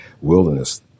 wilderness